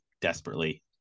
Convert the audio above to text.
desperately